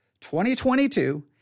2022